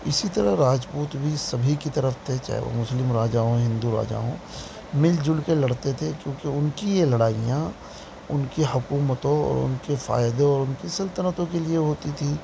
اسی طرح راجپوت بھی سبھی کی طرف تھے چاہے وہ مسلم راجا ہوں ہندو راجا ہوں مل جل کے لڑتے تھے کیونکہ ان کی یہ لڑائیاں ان کی حکومتوں اور ان کے فائدے اور ان کی سلطنتوں کے لیے ہوتی تھی